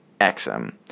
XM